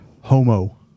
homo